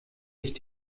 ich